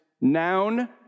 noun